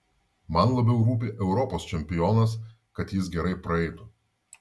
man labiau rūpi europos čempionas kad jis gerai praeitų